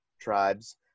tribes